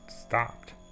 stopped